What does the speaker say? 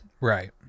Right